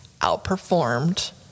outperformed